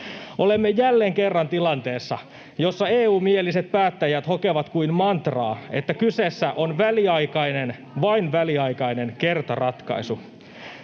Olemme jälleen kerran tilanteessa, jossa EU-mieliset päättäjät hokevat kuin mantraa, [Paavo Arhinmäen välihuuto] että kyseessä on vain väliaikainen kertaratkaisu.